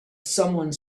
someone